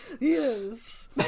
Yes